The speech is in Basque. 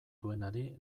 duenari